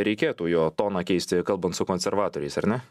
reikėtų jo toną keisti kalbant su konservatoriais ar ne